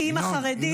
כאימא חרדית,